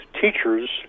teachers